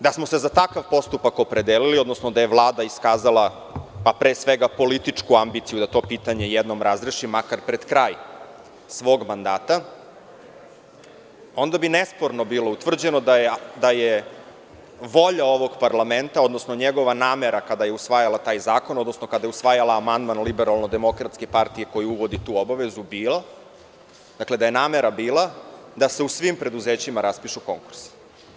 Da smo se za takav postupak opredelili, odnosno da je Vlada iskazala pre svega političku ambiciju da to pitanje jednom razreši, makar pred kraj svog mandata, onda bi nesporno bilo utvrđeno da je volja ovog parlamenta, odnosno njegova namera kada je usvajala taj zakon, odnosno kada je usvajala amandman LDP koji uvodi tu obavezu, bila da se u svim preduzećima raspišu konkursi.